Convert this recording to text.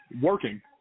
working